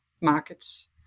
markets